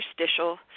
interstitial